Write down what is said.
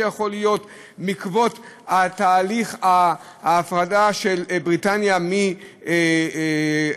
שיכולות להיות בעקבות תהליך ההפרדה של בריטניה מאירופה?